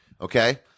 Okay